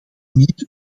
niet